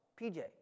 PJ